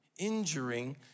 injuring